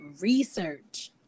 research